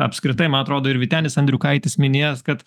apskritai man atrodo ir vytenis andriukaitis minėjęs kad